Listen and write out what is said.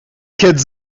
kids